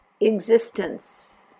existence